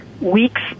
Weeks